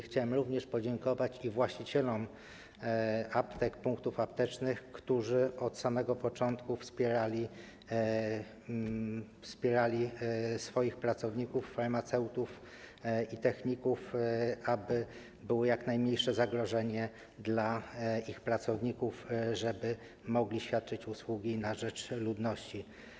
Chciałem również podziękować właścicielom aptek, punktów aptecznych, którzy od samego początku wspierali swoich pracowników, farmaceutów i techników, aby było jak najmniejsze zagrożenie dla nich, żeby mogli świadczyć usługi na rzecz ludności.